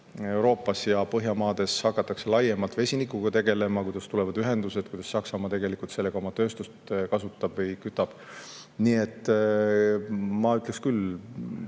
Euroopas ja Põhjamaades hakatakse laiemalt vesinikuga tegelema, kuidas tulevad ühendused, kuidas Saksamaa tegelikult sellega oma tööstust kütab. Nii et ma ütleksin küll,